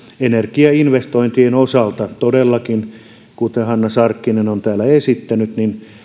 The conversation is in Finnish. energiainvestointien osalta todellakin kuten hanna sarkkinen on täällä esittänyt